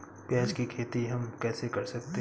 प्याज की खेती हम कैसे कर सकते हैं?